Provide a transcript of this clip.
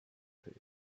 page